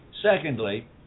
Secondly